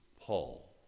Paul